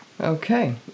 Okay